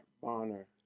Bonner